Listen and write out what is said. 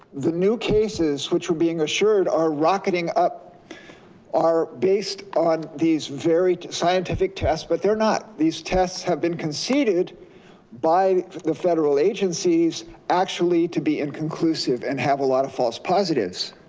the new cases which we're being assured are rocketing up are based on these very scientific tests, but they're not. these tests have been conceded by the federal agencies actually to be inconclusive and have a lot of false positives.